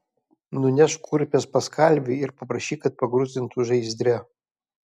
nunešk kurpes pas kalvį ir paprašyk kad pagruzdintų žaizdre